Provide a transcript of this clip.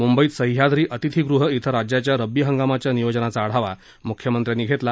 मुंबईत सहयाद्री अतिथीगृह इथं राज्याच्या रब्बी हंगामाच्या नियोजनाचा आढावा मुख्यमंत्र्यांनी घेतला